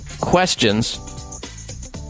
questions